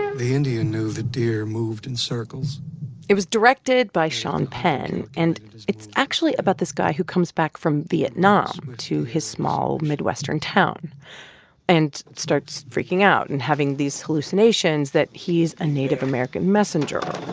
the indian knew that deer moved in circles it was directed by sean penn, and it's actually about this guy who comes back from vietnam to his small midwestern town and starts freaking out and having these hallucinations that he's a native american messenger.